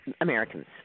Americans